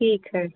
ठीक है